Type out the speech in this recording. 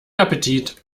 appetit